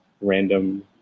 random